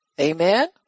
Amen